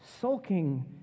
Sulking